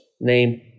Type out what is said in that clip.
Name